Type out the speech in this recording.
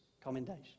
commendation